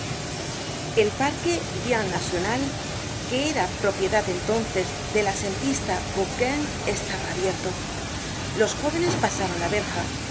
el parque bien national que era propiedad entonces del asentista bourguin estaba abierto los jóvenes pasaron la verja